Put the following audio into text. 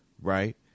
right